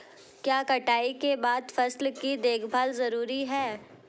क्या कटाई के बाद फसल की देखभाल जरूरी है?